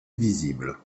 visible